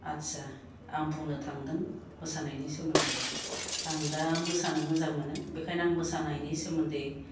आच्चा आं बुंनो थांदों मोसानायनि सोमोन्दै आं दा मोसानो मोजां मोनो बेनिखायनो आं मोसानायनि सोमोन्दै